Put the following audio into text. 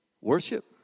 worship